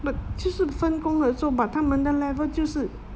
but 就是分工合作 but 他们的 level 就是